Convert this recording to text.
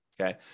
okay